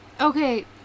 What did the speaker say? Okay